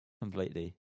completely